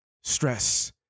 stress